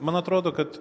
man atrodo kad